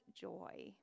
joy